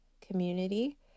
community